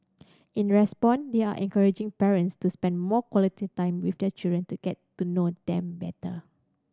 in response they are encouraging parents to spend more quality time with their children to get to know them better